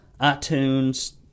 iTunes